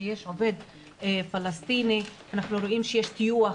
כשיש עובד פלסטיני, אנחנו רואים שיש טיוח